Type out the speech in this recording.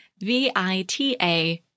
VITA